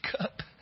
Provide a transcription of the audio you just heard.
cup